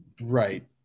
Right